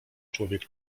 człowiek